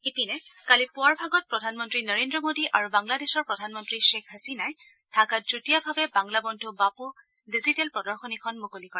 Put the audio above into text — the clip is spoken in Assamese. ইপিনে কালি পুৱাৰ ভাগত প্ৰধানমন্ত্ৰী নৰেন্দ্ৰ মোডী আৰু বাংলাদেশৰ প্ৰধানমন্ত্ৰী ধ্বেইখ হাছিনাই ঢাকাত যুটীয়াভাৱে বাংলাবন্ধু বাপু ডিজিটেল প্ৰদশনীখন মুকলি কৰে